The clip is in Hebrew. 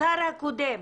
השר הקודם,